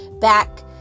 back